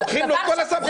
לוקחים לו את כל הסמכויות.